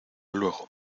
luego